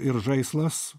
ir žaislas